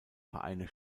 vereine